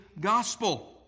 gospel